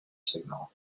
signal